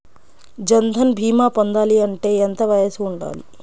జన్ధన్ భీమా పొందాలి అంటే ఎంత వయసు ఉండాలి?